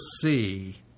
see